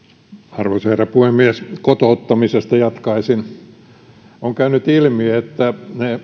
arvoisa herra puhemies kotouttamisesta jatkaisin on käynyt ilmi että